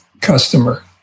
customer